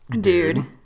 Dude